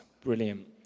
Brilliant